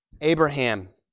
Abraham